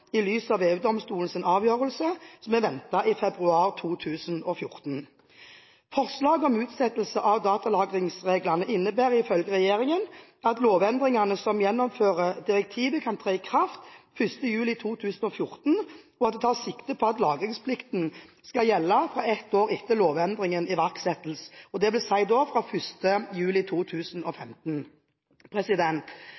i lys av EU-domstolens avgjørelse, som er ventet i februar 2014. Forslaget om utsettelse av datalagringsreglene innebærer ifølge regjeringen at lovendringene som gjennomfører direktivet, kan tre i kraft 1. juli 2014, og at det tas sikte på at lagringsplikten skal gjelde fra ett år etter lovendringens iverksettelse,